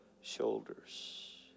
shoulders